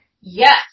yes